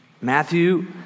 Matthew